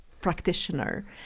practitioner